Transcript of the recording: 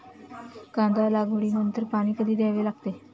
कांदा लागवडी नंतर पाणी कधी द्यावे लागते?